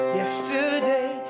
yesterday